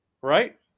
Right